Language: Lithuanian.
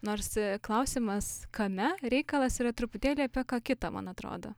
nors klausimas kame reikalas yra truputėlį apie ką kita man atrodo